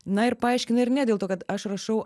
na ir paaiškina ir ne dėl to kad aš rašau